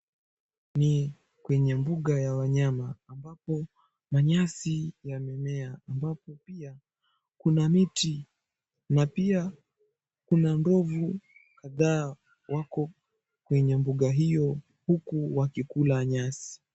Ni kwenye mbuga ya wanyama ambapo manyasi yamemea ambapo pia kuna miti na pia kuna ndovu kadhaa wako kwenye mbuga hio huku wakikula nyasi.